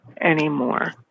anymore